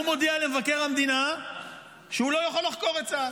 הוא מודיע למבקר המדינה שהוא לא יכול לחקור את צה"ל.